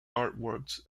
artworks